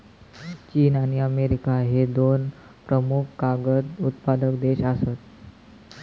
चीन आणि अमेरिका ह्ये दोन प्रमुख कागद उत्पादक देश आसत